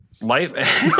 Life